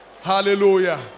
Hallelujah